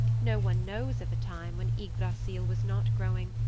no one knows of a time when ygdrassil was not growing,